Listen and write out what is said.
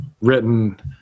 written